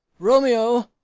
romeo!